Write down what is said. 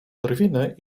drwiny